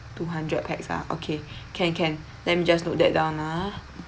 two hundred pax ah okay can can let me just note that down ah